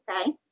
Okay